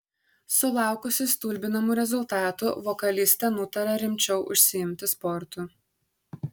sulaukusi stulbinamų rezultatų vokalistė nutarė rimčiau užsiimti sportu